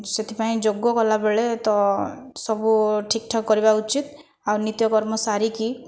ସେଥିପାଇଁ ଯୋଗ କଲାବେଳେ ତ ସବୁ ଠିକଠାକ କରିବା ଉଚିତ ଆଉ ନିତ୍ୟକର୍ମ ସାରିକି